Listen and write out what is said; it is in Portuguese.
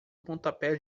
pontapé